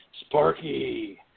Sparky